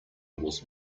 was